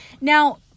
Now